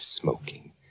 smoking